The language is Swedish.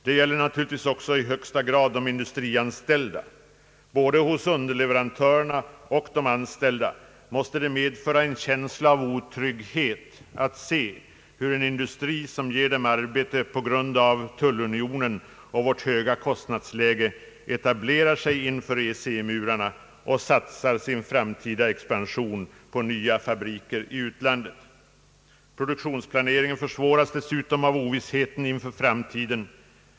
Det gäller naturligtvis också i högsta grad de industrianställda. Både hos underleverantörerna och de anställda måste det medföra en känsla av otrygghet att se hur den industri, som ger dem arbete, på grund av tullunionen och vårt höga kostnadsläge etablerar sig innanför EEC-murarna och satsar sin framtida expansion på nya fabriker i utlandet. Produktionsplaneringen försvåras dessutom av ovissheten inför framtiden.